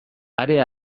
are